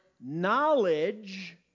knowledge